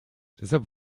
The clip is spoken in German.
deshalb